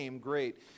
great